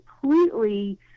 completely